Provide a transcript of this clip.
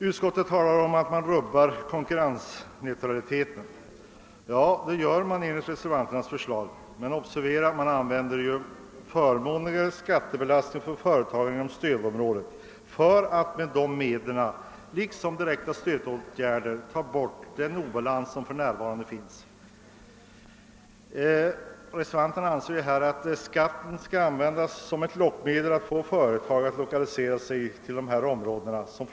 Utskottet talar om att man med reservanternas förslag skulle rubba konkurrensneutraliteten, men observera att man genom förmånligare skattebelastning för företag inom stödområdet på samma sätt som med direkta stödåtgärder tar bort den obalans som för närvarande finns. Reservanterna anser att skatten skall användas som ett medel för att locka företag att lokalisera sig till dessa om råden.